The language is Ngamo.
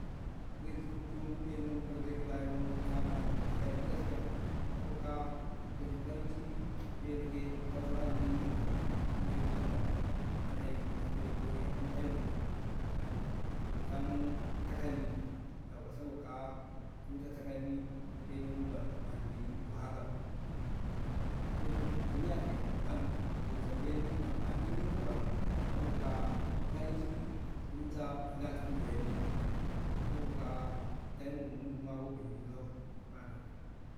zeiki fuuto muɗeino mu kolshe zoi ki hutu mu mu kolshe rayuwan mu ruta mu an bu takanni gaskiya sabo kaa'a mu kolshe farinciki mu ɗeino ke kauso andi ruta bu mu ɗeinon mu bano an ai ƴa fala bu mu go ruta bu mu ɗeinon mu bano kaji ruta mu takanni yawwa sabo kaa'a ruta takanni mu ɗeinon mu bano andi wahala bu mu hute mu kute miya ke ruta wuyanni amfani duk rinko bano sabo kaa'a mu farinciki ruta wuya tuko takanni to sabo kaa'a Deyi mok mu ni so zau.